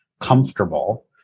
comfortable